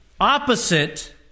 opposite